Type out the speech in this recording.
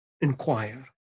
inquire